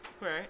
Right